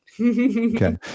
okay